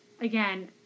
again